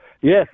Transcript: yes